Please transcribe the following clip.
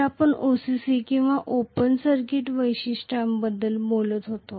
तर आपण OCC किंवा ओपन सर्किट वैशिष्ट्यांबद्दल बोलत होतो